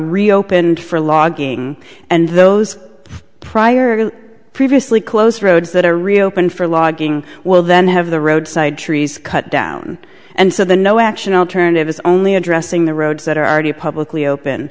reopened for logging and those prior to previously closed roads that are reopened for logging will then have the roadside trees cut down and so the no action alternative is only addressing the roads that are already publicly open